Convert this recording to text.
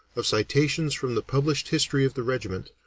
of citations from the published history of the regiment,